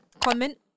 comment